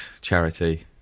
charity